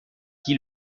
qui